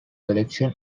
collection